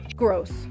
gross